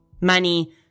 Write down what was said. Money